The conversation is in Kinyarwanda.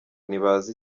ntibazi